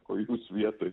o jūs vietoj